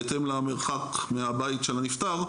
בהתאם למרחק מהבית של הנפטר.